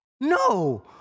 No